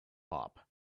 hop